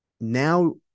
now